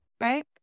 Right